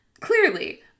Clearly